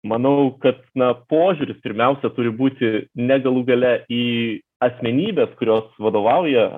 manau kad na požiūris pirmiausia turi būti ne galų gale į asmenybes kurios vadovauja